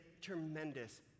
tremendous